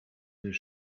deux